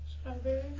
Strawberry